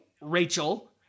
Rachel